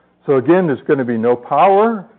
so, again, there's going to be no power.